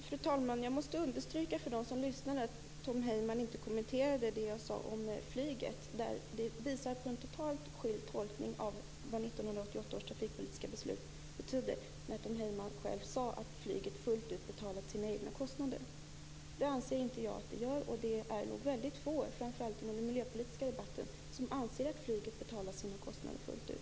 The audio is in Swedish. Fru talman! Jag måste understryka för dem som lyssnar att Tom Heyman inte kommenterade det jag sade om flyget. Det visar på en totalt annorlunda tolkning av vad 1988 års trafikpolitiska beslut betyder när Tom Heyman själv sade att flyget fullt ut betalat sina egna kostnader. Det anser inte jag att det gör. Det är nog väldigt få, framför allt inom den miljöpolitiska debatten, som anser att flyget betalar sina kostnader fullt ut.